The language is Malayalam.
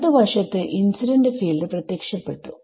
വലതു വശത്തു ഇൻസിഡന്റ് ഫീൽഡ് പ്രത്യക്ഷപ്പെട്ടു